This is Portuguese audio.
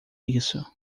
isso